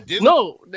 No